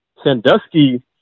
Sandusky